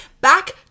back